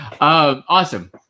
Awesome